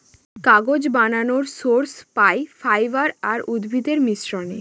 কাগজ বানানর সোর্স পাই ফাইবার আর উদ্ভিদের মিশ্রনে